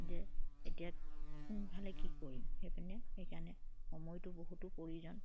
যে এতিয়া কোনফালে কি কৰিম সেইপিনে সেইকাৰণে সময়টো বহুতো প্ৰয়োজন